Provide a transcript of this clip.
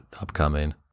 upcoming